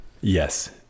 yes